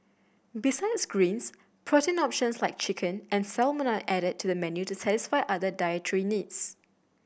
besides greens protein options like chicken and salmon are added to the menu to satisfy other dietary needs